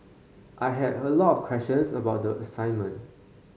I had a lot of questions about the assignment